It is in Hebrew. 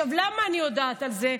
למה אני יודעת על זה?